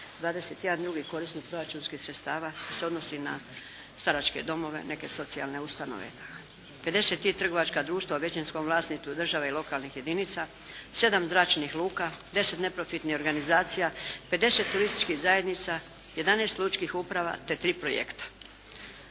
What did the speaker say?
21 drugi korisnik proračunskih sredstava što se odnosi na staračke domove, neke socijalne ustanove i tako. 53 trgovačka društva u većinskom vlasništvu države i lokalnih jedinica, 7 zračnih luka, 10 neprofitnih organizacija, 50 turističkih zajednica, 11 lučkih uprava te tri projekta.